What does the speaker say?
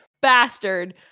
bastard